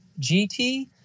GT